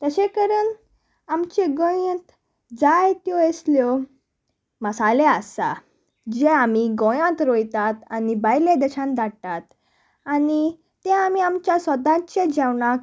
तशें करून आमचे गोंयंत जायत्यो असल्यो मसाले आसा जे आमी गोंयांत रोयतात आनी भायले देशांत धाडटात आनी ते आमी आमच्या स्वताच्या जेवणाक